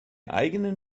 eigenen